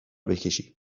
بکشی